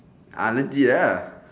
ah legit uh